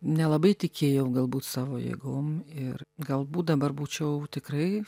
nelabai tikėjau galbūt savo jėgom ir galbūt dabar būčiau tikrai